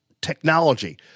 Technology